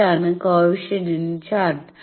ഇതാണ് coefficient chart